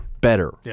better